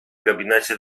gabinecie